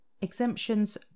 exemptions